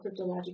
cryptologic